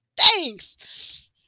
Thanks